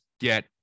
get